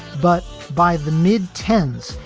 but by the mid ten s,